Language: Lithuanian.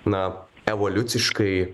na evoliuciškai